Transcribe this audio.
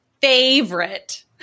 favorite